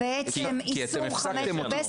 כי אתם הפסקתם אותי.